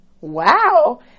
wow